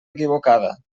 equivocada